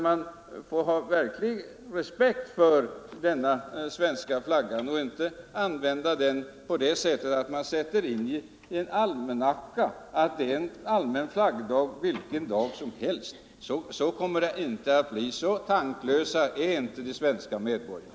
Man bör ha respekt för vår svenska flagga och inte skriva in i almanackan att vilken dag som helst är allmän flaggdag. Så kommer det inte att bli — så tanklösa är inte de svenska medborgarna.